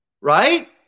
Right